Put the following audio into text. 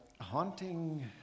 haunting